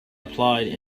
applied